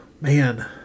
man